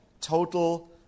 total